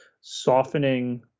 Softening